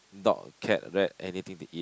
dog cat rat anything they eat